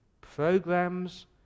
programs